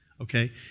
okay